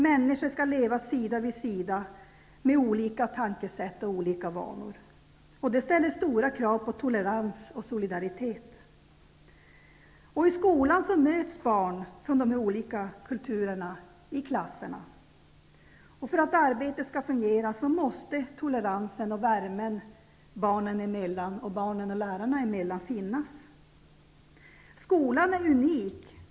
Människor skall leva sida vid sida med olika tänkesätt och vanor. Det ställer stora krav på tolerans och solidaritet. I skolan möts barn från de olika kulturerna i klasserna. För att arbetet skall fungera måste toleransen och värmen mellan barnen samt mellan barnen och lärarna finnas. Skolan är unik.